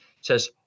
says